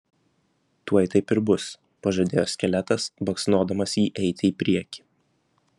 tuoj taip ir bus pažadėjo skeletas baksnodamas jį eiti į priekį